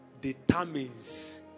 determines